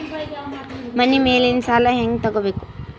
ಮನಿ ಮೇಲಿನ ಸಾಲ ಹ್ಯಾಂಗ್ ತಗೋಬೇಕು?